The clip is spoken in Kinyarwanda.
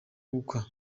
gukwa